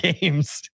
games